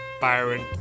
Byron